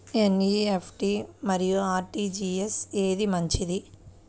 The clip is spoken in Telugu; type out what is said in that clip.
ఎన్.ఈ.ఎఫ్.టీ మరియు అర్.టీ.జీ.ఎస్ ఏది మంచిది?